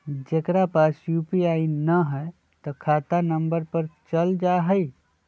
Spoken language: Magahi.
जेकरा पास यू.पी.आई न है त खाता नं पर चल जाह ई?